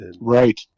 right